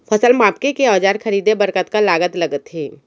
फसल मापके के औज़ार खरीदे बर कतका लागत लगथे?